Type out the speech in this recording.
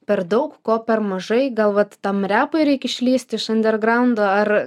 per daug ko per mažai gal vat tam repui reikia išlįsti iš andergraundo ar